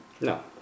No